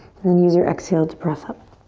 and then use your exhale to press up.